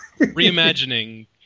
reimagining